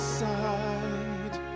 side